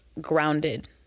grounded